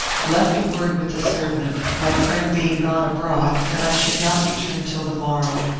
left word with the servant, my friend being gone abroad, that i should not return till the morrow.